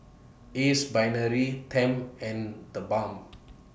Ace Brainery Tempt and The Balm